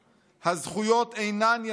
הזכויות אינן יכולות